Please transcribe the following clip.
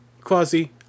Quasi